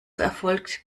erfolgt